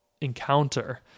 encounter